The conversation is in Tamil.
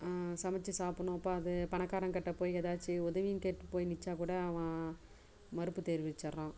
சமைச்சி சாப்புடணும் இப்போ அது பணக்காரன்கிட்ட போய் ஏதாச்சும் உதவின்னு கேட்டு போய் நிச்சா கூட அவன் மறுப்பு தெரிவிச்சர்றான்